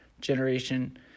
generation